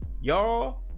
y'all